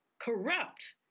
corrupt